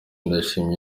ndishimye